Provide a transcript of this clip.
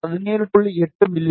8 மி